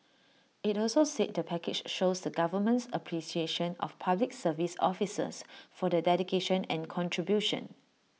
IT also said the package shows the government's appreciation of Public Service officers for their dedication and contribution